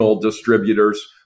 distributors